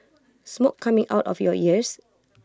smoke coming out of your ears